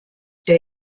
der